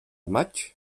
maig